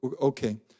okay